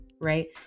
right